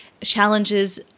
challenges